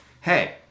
Hey